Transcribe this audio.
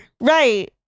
right